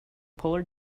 polar